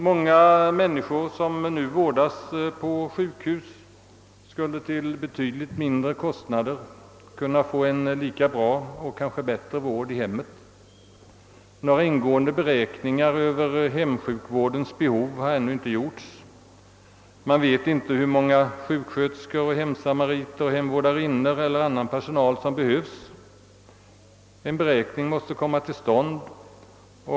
Många människor som nu vårdas på sjukhus skulle till betydligt lägre kostnader kunna få en lika bra och kanske bättre vård i hemmet. Några ingående beräkningar över hemsjukvårdens behov har ännu inte gjorts. Man vet inte hur många sjuksköterskor, hemsamariter, hemvårdarinnor och annan personal som behövs. En undersökning måste komma till stånd.